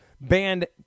banned